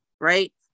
right